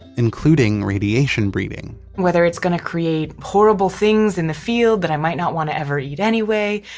including radiation breeding whether it's going to create horrible things in the field that i might not want to ever eat anyway.